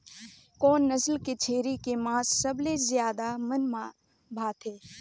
कोन नस्ल के छेरी के मांस सबले ज्यादा मन भाथे?